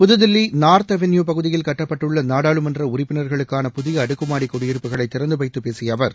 புதுதில்லி north avenue பகுதியில் கட்டப்பட்டுள்ள நாடாளுமன்ற உறுப்பினர்களுக்கான புதிய அடுக்குமாடி குடியிருப்புகளை திறந்து வைத்துப் பேசிய அவர்